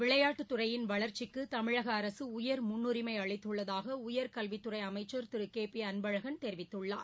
விளையாட்டுத்துறையின் வளர்ச்சிக்கு தமிழக அரசு உயர் முன்னுரிமை அளித்துள்ளதாக உயர்கல்வித்துறை அமைச்சர் திரு கே பி அன்பழகன் தெரிவித்துள்ளார்